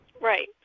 Right